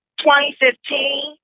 2015